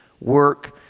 work